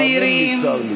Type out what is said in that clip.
האמן לי, צר לי.